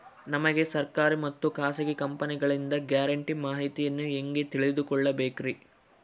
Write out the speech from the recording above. ನಮಗೆ ಸರ್ಕಾರಿ ಮತ್ತು ಖಾಸಗಿ ಕಂಪನಿಗಳಿಂದ ಗ್ಯಾರಂಟಿ ಮಾಹಿತಿಯನ್ನು ಹೆಂಗೆ ತಿಳಿದುಕೊಳ್ಳಬೇಕ್ರಿ?